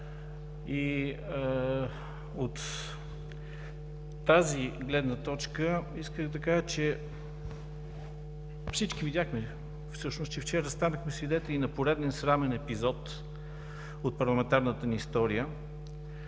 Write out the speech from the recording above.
От тази гледна точка искам да кажа, че всички видяхме вчера, че станахме свидетели на поредния срамен епизод от парламентарната ни история.